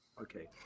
Okay